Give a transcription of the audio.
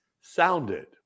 sounded